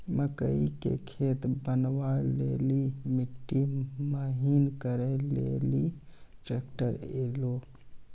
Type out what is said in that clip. मकई के खेत बनवा ले ली मिट्टी महीन करे ले ली ट्रैक्टर ऐलो?